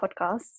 podcasts